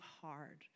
hard